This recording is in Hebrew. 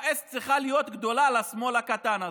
ה-S צריכה להיות גדולה לשמאל הקטן הזה,